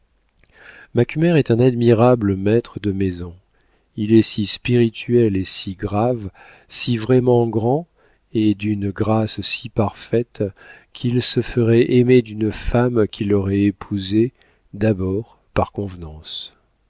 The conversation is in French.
paris macumer est un admirable maître de maison il est si spirituel et si grave si vraiment grand et d'une grâce si parfaite qu'il se ferait aimer d'une femme qui l'aurait épousé d'abord par convenance